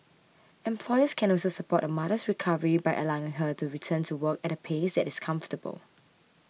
employers can also support a mother's recovery by allowing her to return to work at a pace that is comfortable